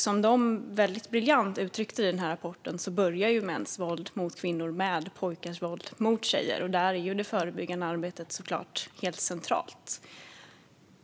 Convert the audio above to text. Som man väldigt briljant utryckte det i rapporten börjar mäns våld mot kvinnor med pojkars våld mot tjejer, och där är det förebyggande arbetet såklart helt centralt.